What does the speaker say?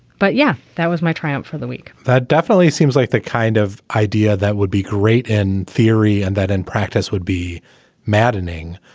but yeah, that was my triumph for the week that definitely seems like the kind of idea that would be great in theory and that in practice would be maddening.